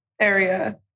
area